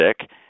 sick